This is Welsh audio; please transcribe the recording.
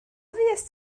fuest